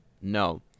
No